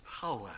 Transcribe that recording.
power